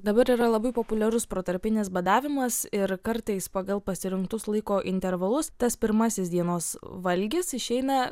dabar yra labai populiarus protarpinis badavimas ir kartais pagal pasirinktus laiko intervalus tas pirmasis dienos valgis išeina